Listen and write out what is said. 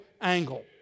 angle